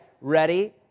Ready